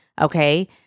Okay